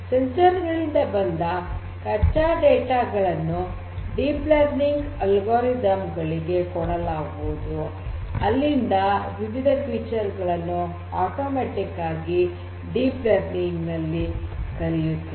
ಸಂವೇದಕಗಳಿಂದ ಬಂದ ಕಚ್ಚಾ ಡೇಟಾ ಗಳನ್ನು ಡೀಪ್ ಲರ್ನಿಂಗ್ ಆಲ್ಗೊರಿದಮ್ ಗಳಿಗೆ ಕೊಡಲಾಗುವುದು ಅಲ್ಲಿಂದ ವಿವಿಧ ಫೀಚರ್ ಗಳನ್ನು ಸ್ವಯಂಚಾಲಿತವಾಗಿ ಡೀಪ್ ಲರ್ನಿಂಗ್ ನಲ್ಲಿ ಕಲಿಯುತ್ತದೆ